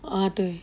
ah 对